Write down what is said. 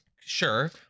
Sure